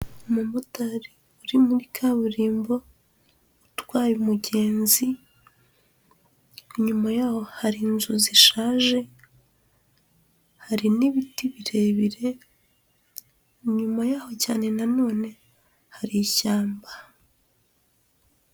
Umumotari uri muri kaburimbo, utwaye umugenzi, inyuma yaho hari inzu zishaje, hari n'ibiti birebire, inyuma yaho cyane nanone hari ishyamba.